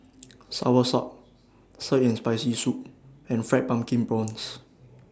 Soursop Sour and Spicy Soup and Fried Pumpkin Prawns